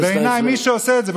בעיניי מי שעושה את זה,